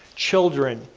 children,